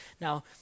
Now